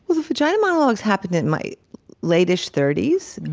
the vagina monologues happened in my late ish thirty s,